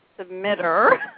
submitter